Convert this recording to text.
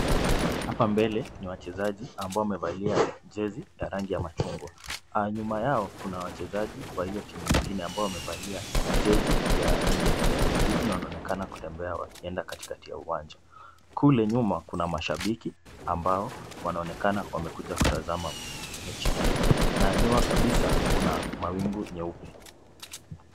Hapa mbele ni wachezaji ambao wamevalia jezi ya rangi ya machungwa. Nyuma yao kuna wachezaji wa hiyo timu nyingine ambao wamevalia jezi ya rangi ya kijani kibichi na wanaonekana kutembea wakienda katikati ya uwanja. Kule nyuma kuna mashabiki ambao wanaonekana wamekuja kutazama mechi hii na nyuma kabisa kuna mawingu meupe.